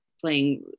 playing